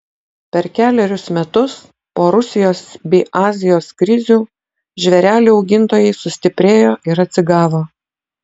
per kelerius metus po rusijos bei azijos krizių žvėrelių augintojai sustiprėjo ir atsigavo